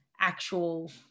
actual